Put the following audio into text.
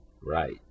Right